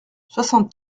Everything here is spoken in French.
soixante